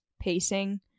pacing